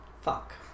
Fuck